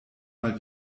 mal